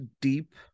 deep